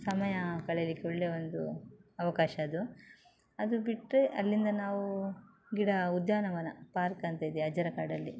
ಸಮಯ ಕಳಿಯಲಿಕ್ಕೆ ಒಳ್ಳೆ ಒಂದು ಅವಕಾಶ ಅದು ಅದು ಬಿಟ್ಟರೆ ಅಲ್ಲಿಂದ ನಾವು ಗಿಡ ಉದ್ಯಾನವನ ಪಾರ್ಕ್ ಅಂತ ಇದೆ ಅಜ್ಜರಕಾಡಲ್ಲಿ